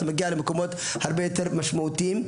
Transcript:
ומגיע למקומות הרבה יותר משמעותיים.